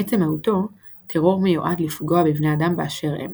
מעצם מהותו, טרור מיועד לפגוע בבני אדם באשר הם,